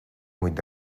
with